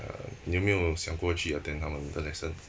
err 你有没有想过去 attend 他们的 lesson